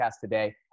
today